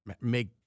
make